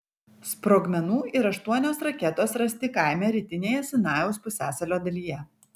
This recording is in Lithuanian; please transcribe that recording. sprogmenų ir aštuonios raketos rasti kaime rytinėje sinajaus pusiasalio dalyje